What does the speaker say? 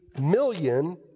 million